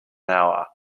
hour